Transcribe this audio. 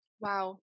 wow